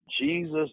Jesus